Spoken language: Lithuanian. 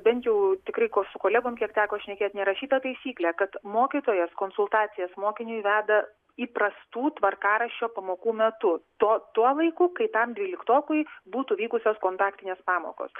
bent jau tikrai su kolegom kiek teko šnekėti nerašyta taisyklė kad mokytojas konsultacijas mokiniui veda įprastų tvarkaraščio pamokų metu to tuo laiku kai tam dvyliktokui būtų vykusios kontaktinės pamokos